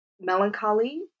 melancholy